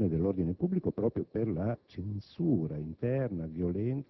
sui *media* e all'attenzione dell'ordine pubblico proprio per la violenta censura interna